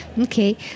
Okay